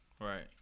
right